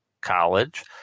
college